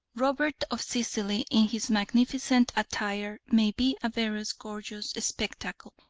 robert of sicily in his magnificent attire may be a very gorgeous spectacle,